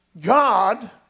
God